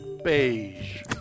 Beige